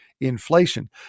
inflation